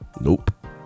Nope